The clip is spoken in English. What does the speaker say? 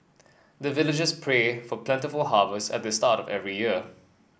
the villagers pray for plentiful harvest at the start of every year